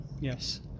Yes